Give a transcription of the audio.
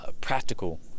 Practical